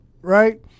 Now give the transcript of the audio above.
right